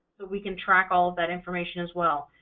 we can track all of that information as well.